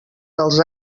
dels